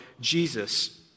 Jesus